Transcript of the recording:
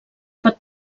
pot